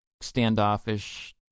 standoffish